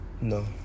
No